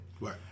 Right